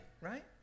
right